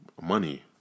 money